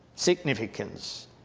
significance